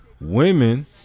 Women